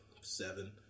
seven